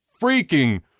freaking